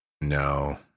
No